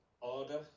order